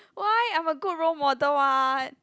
why I'm a good role model [what]